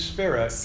Spirit